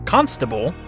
Constable